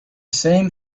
same